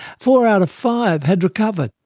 four out of five had recovered,